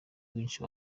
bwinshi